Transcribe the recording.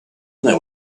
there